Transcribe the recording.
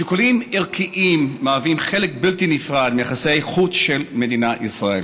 שיקולים ערכיים מהווים חלק בלתי נפרד מיחסי החוץ של מדינת ישראל.